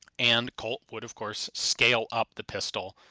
and colt would of course scale up the pistol,